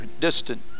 distant